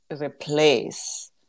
replace